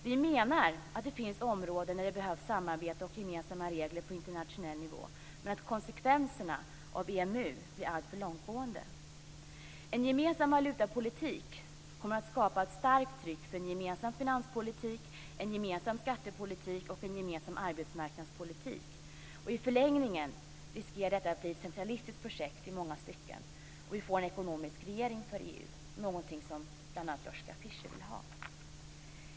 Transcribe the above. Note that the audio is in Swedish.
Vi menar att det finns områden där det behövs samarbete och gemensamma regler på internationell nivå men att konsekvenserna av EMU blir alltför långtgående. En gemensam valutapolitik kommer att skapa ett starkt tryck för en gemensam finanspolitik, en gemensam skattepolitik och en gemensam arbetsmarknadspolitik. I förlängningen riskerar detta att bli ett centralistiskt projekt i många stycken, och vi får en ekonomisk regering för EU, vilket bl.a. Joschka Fischer vill ha.